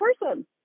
person